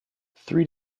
three